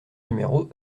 numéro